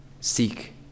seek